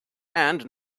and